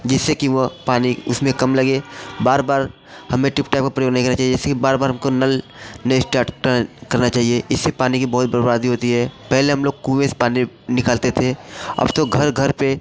जिससे कि वह पानी उसमें कम लगे बार बार हमें टिप टेप का प्रयोग नहीं करना चाहिए ऐसे ही बार बार हमको नल नहीं स्टार्ट करना चाहिए इससे पानी की बहुत बर्बादी होती है पहले हम लोग कुँए से पानी निकालते थे अब तो घर घर पर